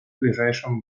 ближайшем